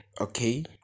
okay